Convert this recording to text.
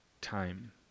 time